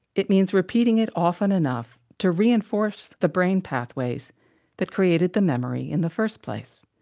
it means repeating it often enough to reinforce the brain pathways that created the memory in the first place.